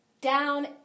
down